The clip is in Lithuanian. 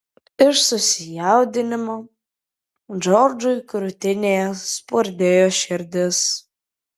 iš susijaudinimo džordžui krūtinėje spurdėjo širdis